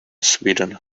sweden